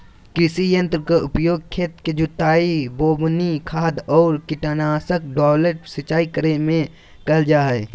कृषि यंत्र के उपयोग खेत के जुताई, बोवनी, खाद आर कीटनाशक डालय, सिंचाई करे मे करल जा हई